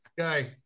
Okay